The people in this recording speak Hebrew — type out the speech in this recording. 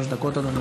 שלוש דקות, אדוני.